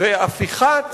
והפיכת